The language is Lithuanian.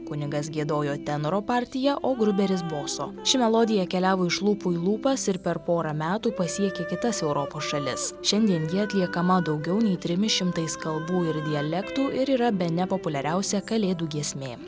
kunigas giedojo tenoro partiją o gruberis boso ši melodija keliavo iš lūpų į lūpas ir per porą metų pasiekė kitas europos šalis šiandien ji atliekama daugiau nei trimis šimtais kalbų ir dialektų ir yra bene populiariausia kalėdų giesmė